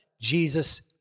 Jesus